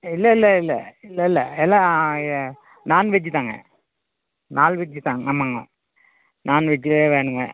இல்லை இல்லை இல்லை இல்லை இல்லை எல்லாம் எ நாண்வெஜ்ஜு தாங்க நால்வெஜ்ஜு தான் ஆமாங்க நாண்வெஜ்ஜே வேணுங்க